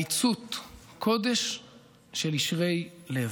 עליצות קודש של ישרי לב.